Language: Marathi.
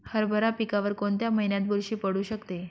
हरभरा पिकावर कोणत्या महिन्यात बुरशी पडू शकते?